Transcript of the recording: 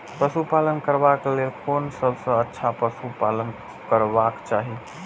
पशु पालन करबाक लेल कोन सबसँ अच्छा पशु पालन करबाक चाही?